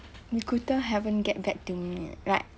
recruiter haven't get back to me eh like